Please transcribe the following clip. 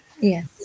Yes